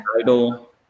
idol